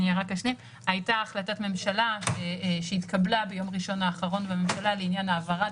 הייתה החלטת ממשלה שהתקבלה ביום ראשון האחרון בממשלה לעניין העברת